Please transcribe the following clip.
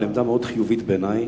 אבל עמדה מאוד חיובית בעיני,